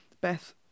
Beth